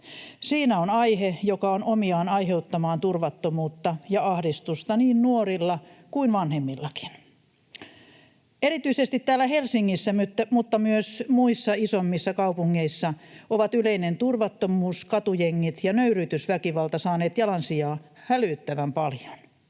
Siinä on aihe, joka on omiaan aiheuttamaan turvattomuutta ja ahdistusta niin nuorilla kuin vanhemmillakin. Erityisesti täällä Helsingissä mutta myös muissa isommissa kaupungeissa ovat yleinen turvattomuus, katujengit ja nöyryytysväkivalta saaneet jalansijaa hälyttävän paljon.